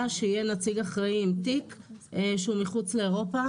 שיהיה נציג אחראי עם תיק שהוא מחוץ לאירופה.